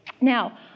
Now